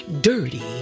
dirty